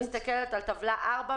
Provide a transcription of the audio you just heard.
אני מסתכלת על טבלה 4,